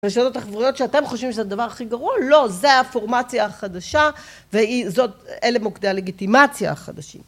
ולשנות את החברויות שאתם חושבים שזה הדבר הכי גרוע, לא, זה הפורמציה החדשה ואלה מוקדי הלגיטימציה החדשים.